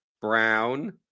Brown